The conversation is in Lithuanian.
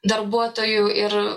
darbuotojų ir